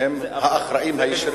שהם האחראים הישירים?